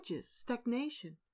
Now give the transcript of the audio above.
stagnation